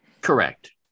Correct